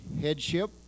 headship